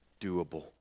doable